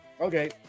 Okay